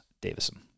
Davison